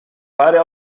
pare